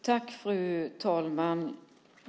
Fru talman!